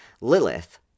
Lilith